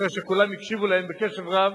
אחרי שכולם הקשיבו להם קשב רב,